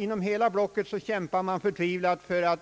Inom hela blocket kämpar man förtvivlat för att